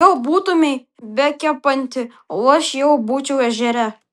jau būtumei bekepanti o aš jau būčiau ežere